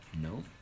no